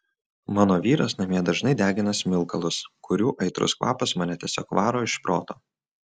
mano vyras namie dažnai degina smilkalus kurių aitrus kvapas mane tiesiog varo iš proto